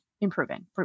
improving